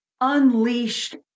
unleashed